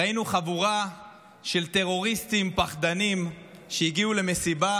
ראינו חבורה של טרוריסטים פחדנים שהגיעו למסיבה